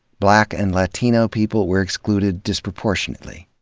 black and latino people were excluded disproportionately.